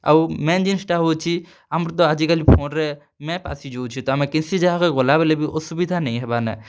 ଆଉ ମେନ୍ ଜିନିଷ୍ଟା ହେଉଛେ ଆମର୍ ତ ଆଜିକାଲି ଫୋନ୍ରେ ମେପ୍ ଆସିଯାଉଛେ ତ ଆମେ କେନ୍ସି ଜାଗାକେ ଗଲାବେଲେ ବି ଅସୁବିଧା ନାଇଁ ହେବାର୍ନେ